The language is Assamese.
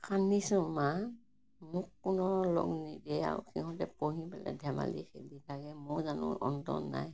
কান্দিছোঁ মা মোক কোনেও লগ নিদিয়ে আৰু সিহঁতে পঢ়ি পেলাই ধেমালি খেলি থাকে মোৰ জানো অন্তৰ নাই